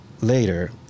later